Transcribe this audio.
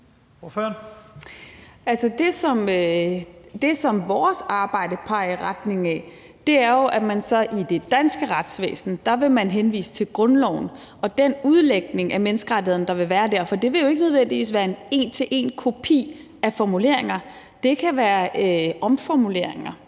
det, som vores arbejde peger i retning af, er jo, at man så i det danske retsvæsen vil henvise til grundloven og den udlægning af menneskerettighederne, der vil være dér, for det vil jo ikke nødvendigvis være en en til en-kopi af formuleringer. Det kan være omformuleringer,